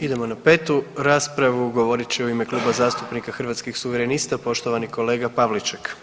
Idemo na petu raspravu, govorit će u ime Kluba zastupnika Hrvatskih suverenista poštovani kolega Pavliček.